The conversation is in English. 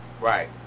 Right